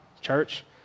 church